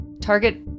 target